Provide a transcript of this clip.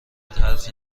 حرفی